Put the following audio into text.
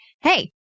hey